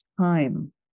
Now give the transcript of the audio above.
time